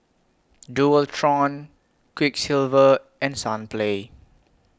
Dualtron Quiksilver and Sunplay